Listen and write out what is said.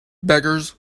beggars